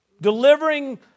delivering